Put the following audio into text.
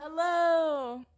Hello